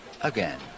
again